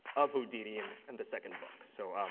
of houdini in and the second book. so,